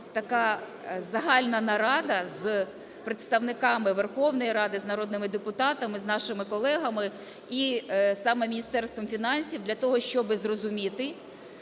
така загальна нарада з представниками Верховної Ради, з народними депутатами, нашими колегами і саме Міністерством фінансів для того, щоби зрозуміти,